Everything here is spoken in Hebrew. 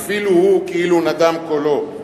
ואפילו הוא כאילו נדם קולו.